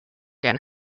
again